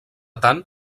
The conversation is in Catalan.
tant